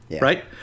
Right